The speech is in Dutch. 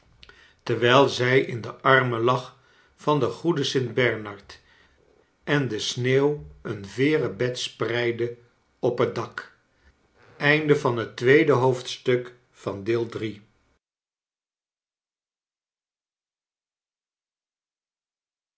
terwijl zrj in de armen lag van den goeden st bernard en de sneeuw een veeren bed spreidde op het dak